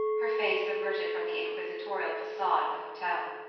her face averted from the inquisitorial facade of the hotel.